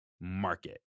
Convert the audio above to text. market